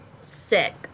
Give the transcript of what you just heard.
sick